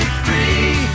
free